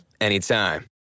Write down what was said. anytime